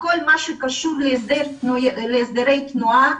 כל מה שקשור להסדרי תנועה,